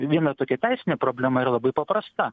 viena tokia teisinė problema yra labai paprasta